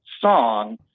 song